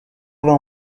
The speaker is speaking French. vingt